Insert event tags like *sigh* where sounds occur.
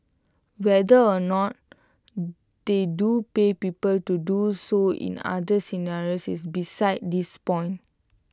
whether or not *hesitation* they do pay people to do so in other scenarios is besides this point